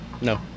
No